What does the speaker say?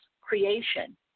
creation